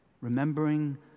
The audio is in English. remembering